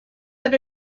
that